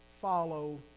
follow